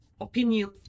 opinion